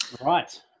right